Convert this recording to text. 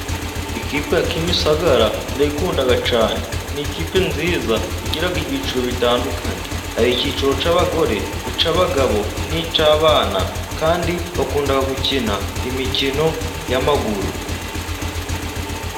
Ikipe ya Kimisagara ndayikunda cyane. Ni ikipe nziza igira ibyiciro bitandukanye. Hari icyiciro cy'abagore, icy'abagabo, n'icy'abana, kandi bakunda gukina imikino y'amaguru.